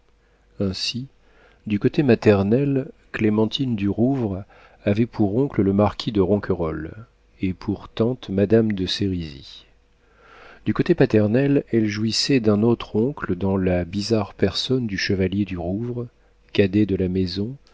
ainsi du côté maternel clémentine du rouvre avait pour oncle le marquis de ronquerolles et pour tante madame de sérizy du côté paternel elle jouissait d'un autre oncle dans la bizarre personne du chevalier du rouvre cadet de la maison